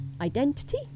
identity